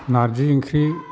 नार्जि ओंख्रि